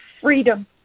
freedom